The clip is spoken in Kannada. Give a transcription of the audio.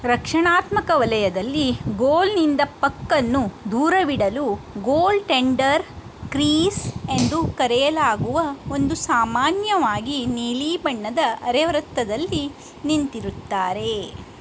ರಕ್ಷಣಾತ್ಮಕ ವಲಯದಲ್ಲಿ ಗೋಲ್ನಿಂದ ಪಕ್ಕನ್ನು ದೂರವಿಡಲು ಗೋಲ್ಟೆಂಡರ್ ಕ್ರೀಸ್ ಎಂದು ಕರೆಯಲಾಗುವ ಒಂದು ಸಾಮಾನ್ಯವಾಗಿ ನೀಲಿ ಬಣ್ಣದ ಅರೆವೃತ್ತದಲ್ಲಿ ನಿಂತಿರುತ್ತಾರೆ